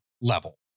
level